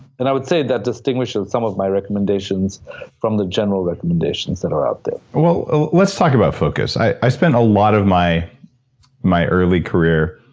and i would say that distinguishes some of my recommendations from the general recommendations that are out there well, let's talk about focus. i spent a lot of my my early career.